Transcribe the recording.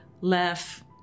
laugh